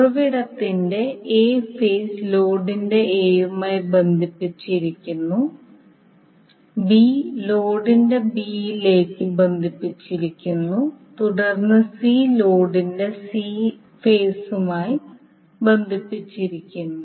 ഉറവിടത്തിന്റെ a phase ലോഡിന്റെ A യുമായി ബന്ധിപ്പിച്ചിരിക്കുന്നു b ലോഡിന്റെ B യിലേക്ക് ബന്ധിപ്പിച്ചിരിക്കുന്നു തുടർന്ന് c ലോഡിന്റെ C ഫേസുമായി ബന്ധിപ്പിച്ചിരിക്കുന്നു